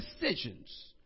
decisions